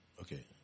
Okay